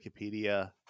Wikipedia